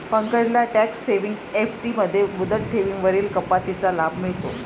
पंकजला tax saving FD मध्ये मुदत ठेवींवरील कपातीचा लाभ मिळतो